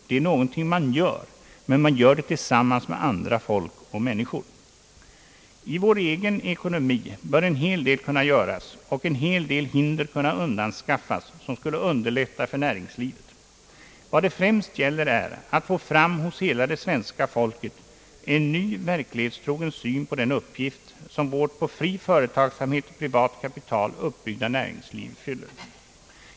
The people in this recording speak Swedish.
Det är någonting man gör, men man gör det tillsammans med andra folk och människor. I vår egen ekonomi bör en hel del kunna göras och en hel del hinder kunna undanskaffas, som skulle underlätta för näringslivet. Vad det främst gäller är att få fram hos hela det svenska folket en ny verklighetstrogen syn på den uppgift, som vårt på fri företagsamhet och privat kapital uppbyggda näringsliv fyller.